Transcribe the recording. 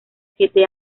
siete